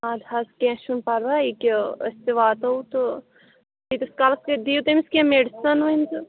اَدٕ حظ کیٚنہہ چھُنہٕ پرواے ییٚکیٛاہ أسۍ تہِ واتو تہٕ تِیٖتِس کالَس دِیِو تٔمِس کیٚنہہ مٮ۪ڈِسَن وۄنۍ تہٕ